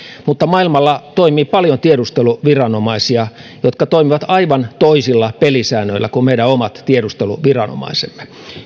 mutta maailmalla toimii paljon tiedusteluviranomaisia jotka toimivat aivan toisilla pelisäännöillä kuin meidän omat tiedusteluviranomaisemme